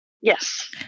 Yes